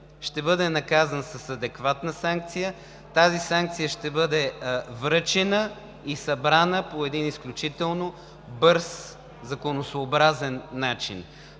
ще бъде наказан с адекватна санкция, тази санкция ще бъде връчена и събрана по изключително бърз, законосъобразен начин,